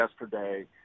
yesterday